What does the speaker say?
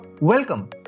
welcome